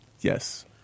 Yes